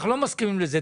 אנחנו לא מסכימים לזה.